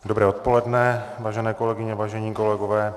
Dobré odpoledne, vážené kolegyně a vážení kolegové.